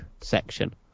section